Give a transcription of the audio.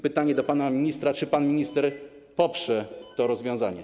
Pytanie do pana ministra: Czy pan minister poprze to rozwiązanie?